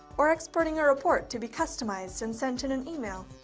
or exporting a report to be customized and sent in an email,